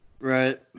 right